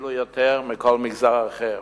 ואפילו יותר מכל מגזר אחר.